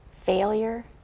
failure